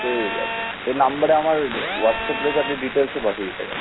ঠিক আছে এই নাম্বারে আমার হোয়াটসঅ্যাপ রয়েছে আপনি ডিটেলসও পাঠিয়ে দিতে পারেন